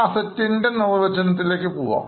വിശദമായി നോക്കാം